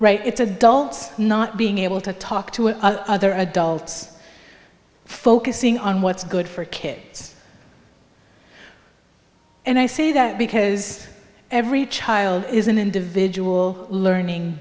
right it's adults not being able to talk to each other adults focusing on what's good for kids and i say that because every child is an individual learning